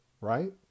right